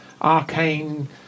arcane